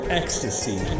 ecstasy